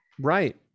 Right